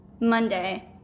Monday